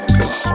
Cause